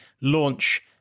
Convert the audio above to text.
launch